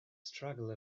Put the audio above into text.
struggle